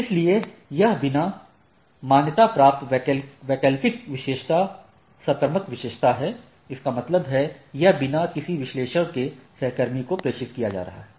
इसलिए यदि यह बिना मान्यता प्राप्त वैकल्पिक विशेषता सकर्मक विशेषता है इसका मतलब है यह बिना किसी विश्लेषण के सहकर्मी को प्रेषित किया जा रहा है